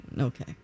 okay